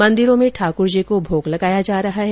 मन्दिरों में ठाकर जी को भोग लगाया जा रहा है